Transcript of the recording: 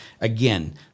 Again